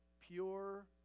pure